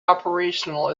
operational